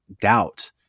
doubt